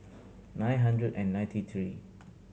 nine hundred and ninety three